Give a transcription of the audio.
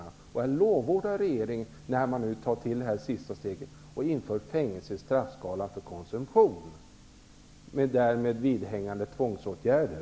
Jag lovordar regeringen för att den nu tar till det här sista steget och inför fängelse i straffskalan för konsumtion, och därmed möjliggör tvångsåtgärder.